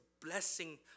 blessing